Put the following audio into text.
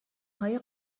های